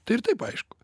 tai ir taip aišku